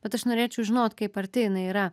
bet aš norėčiau žinot kaip arti jinai yra